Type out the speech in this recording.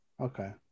Okay